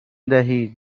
دهید